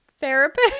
therapist